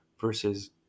versus –